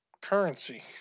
currency